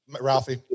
ralphie